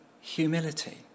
humility